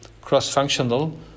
cross-functional